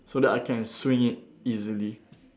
so that I can swing it easily